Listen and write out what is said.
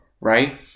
right